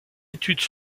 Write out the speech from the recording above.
études